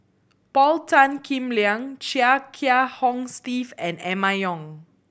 Paul Tan Kim Liang Chia Kiah Hong Steve and Emma Yong